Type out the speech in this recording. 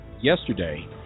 yesterday